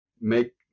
make